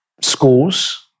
schools